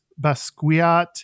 Basquiat